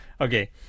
Okay